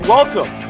Welcome